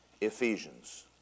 Ephesians